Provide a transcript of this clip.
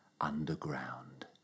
underground